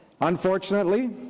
Unfortunately